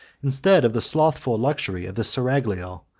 instead of the slothful luxury of the seraglio,